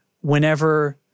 whenever